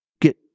get